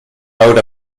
out